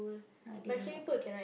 I didn't walk ah